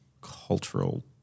cultural